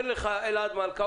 אומר לך אלעד מלכא,